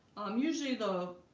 um, usually the